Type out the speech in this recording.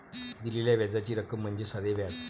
दिलेल्या व्याजाची रक्कम म्हणजे साधे व्याज